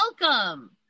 welcome